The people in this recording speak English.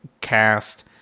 cast